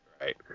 right